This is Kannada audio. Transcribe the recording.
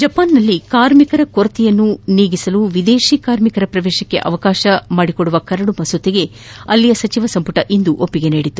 ಜಪಾನ್ನಲ್ಲಿ ಕಾರ್ಮಿಕರ ಕೊರತೆ ನೀಗಿಸಲು ವಿದೇಶಿ ಕಾರ್ಮಿಕರ ಪ್ರವೇಶಕ್ಕೆ ಅವಕಾಶ ಮಾಡಿಕೊಡುವ ಕರಡು ಮಸೂದೆಗೆ ಅಲ್ಲಿನ ಸಚಿವ ಸಂಪುಟ ಇಂದು ಒಪ್ಸಿಗೆ ನೀಡಿದೆ